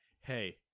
hey